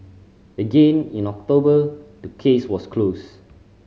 again in October the case was closed